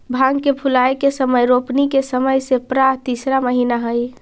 भांग के फूलाए के समय रोपनी के समय से प्रायः तीसरा महीना हई